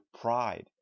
pride